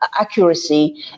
accuracy